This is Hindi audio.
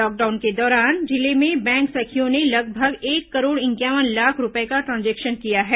लॉकडाउन के दौरान जिले में बैंक सखियों ने लगभग एक करोड़ इंक्यावन लाख रूपए का ट्रांजेक्शन किया है